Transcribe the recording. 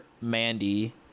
Mandy